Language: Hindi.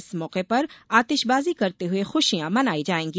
इस मौके पर आतिशबाजी करते हुए खुशियां मनाई जाएगी